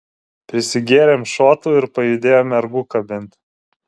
prisigėrėm šotų ir pajudėjom mergų kabint